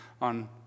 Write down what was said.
on